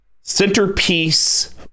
centerpiece